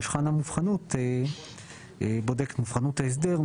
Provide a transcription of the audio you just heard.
מבחן המובחנות בודק את מובחנות ההסדר,